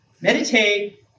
Meditate